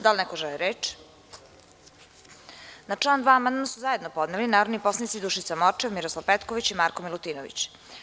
Da li neko želi reče? (Ne.) Na član 2. amandman su zajedno podneli narodni poslanici Dušica Morčev, Miroslav Petković i Marko Milutinović.